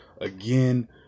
Again